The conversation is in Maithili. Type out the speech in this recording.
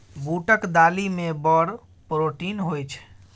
बूटक दालि मे बड़ प्रोटीन होए छै